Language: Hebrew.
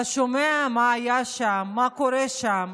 אתה שומע מה היה שם, מה קורה שם,